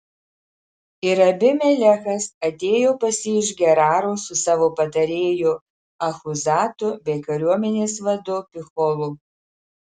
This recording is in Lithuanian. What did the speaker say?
ir abimelechas atėjo pas jį iš geraro su savo patarėju achuzatu bei kariuomenės vadu picholu